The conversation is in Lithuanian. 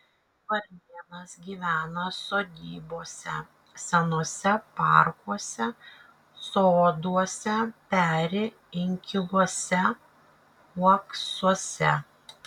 varnėnas gyvena sodybose senuose parkuose soduose peri inkiluose uoksuose